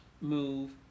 move